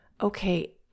okay